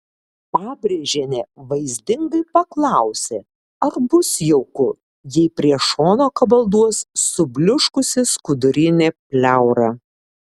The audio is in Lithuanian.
pabrėžienė vaizdingai paklausė ar bus jauku jei prie šono kabalduos subliuškusi skudurinė pleura